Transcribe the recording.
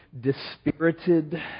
dispirited